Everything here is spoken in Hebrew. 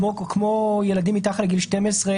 כמו ילדים מתחת לגיל 12,